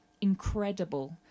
incredible